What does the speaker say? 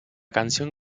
canción